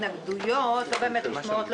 ההתנגדויות לא נשמעות,